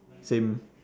same